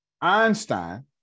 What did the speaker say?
Einstein